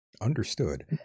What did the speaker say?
Understood